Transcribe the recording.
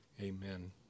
Amen